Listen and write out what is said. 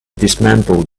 dismantled